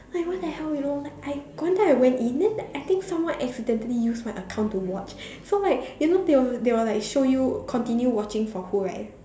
like what the hell you know like I got one time I went in then I think someone accidentally use my account to watch so like you know they will they will like show you continue watching for who right